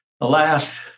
alas